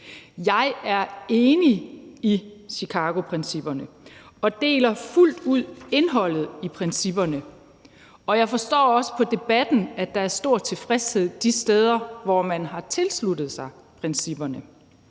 Jeg er enig i Chicagoprincipperne og deler fuldt ud indholdet i principperne, og jeg forstår også på debatten, at der er stor tilfredshed de steder, hvor man har tilsluttet sig principperne.